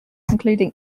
including